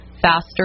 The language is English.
faster